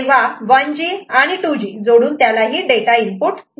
तेव्हा 1G आणि 2G जोडून त्यालाही ही डेटा इनपुट देऊ